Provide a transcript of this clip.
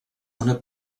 una